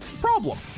problem